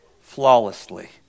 flawlessly